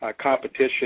competition